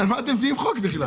על מה אתם מביאים חוק בכלל?